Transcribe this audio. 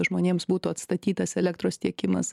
žmonėms būtų atstatytas elektros tiekimas